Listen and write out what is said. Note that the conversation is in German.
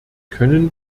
können